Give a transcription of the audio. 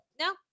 no